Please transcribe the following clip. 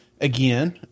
again